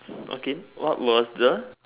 okay what was the